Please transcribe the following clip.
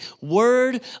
Word